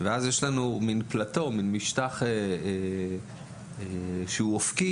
ואז יש לנו מן משטח שהוא אופקי,